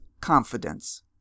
Confidence